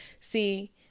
see